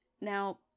now